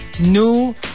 new